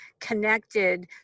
connected